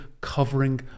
covering